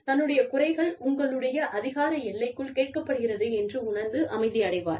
தன்னுடைய குறைகள் உங்களுடைய அதிகார எல்லைக்குள் கேட்கப்படுகிறது என்று உணர்ந்து அமைதியடைவார்